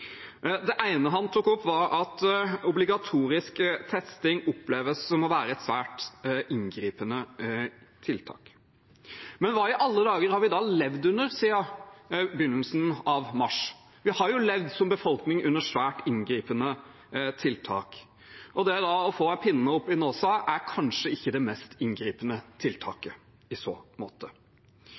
Det ene han tok opp, var at obligatorisk testing oppleves som et svært inngripende tiltak. Men hva i alle dager har vi da levd under siden begynnelsen av mars? Vi har jo som befolkning levd under svært inngripende tiltak. Da å få en pinne opp i nesen er kanskje ikke det mest inngripende tiltaket i så måte.